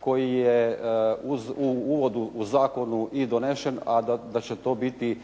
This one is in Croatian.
koji je u uvodu u zakonu i donesen, a da će to biti